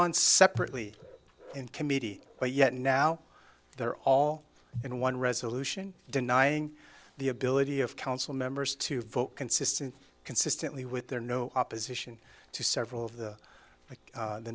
on separately and committee but yet now they're all in one resolution denying the ability of council members to vote consistent consistently with their no opposition to several of the